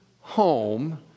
home